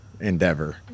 endeavor